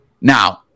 Now